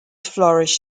flourish